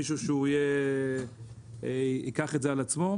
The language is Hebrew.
מישהו שייקח את זה על עצמו.